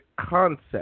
concept